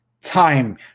time